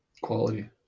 Quality